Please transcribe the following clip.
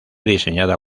diseñada